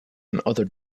another